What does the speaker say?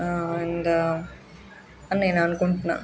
ఇంకా నేను అనుకుంటున్నా